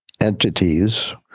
entities